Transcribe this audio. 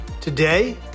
Today